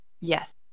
yes